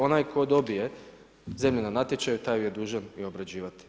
Onaj tko dobije zemlju na natječaju taj ju je dužan i obrađivati.